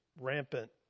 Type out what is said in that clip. rampant